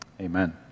Amen